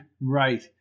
Right